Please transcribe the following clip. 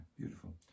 beautiful